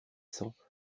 cents